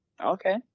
Okay